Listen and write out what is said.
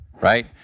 right